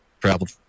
traveled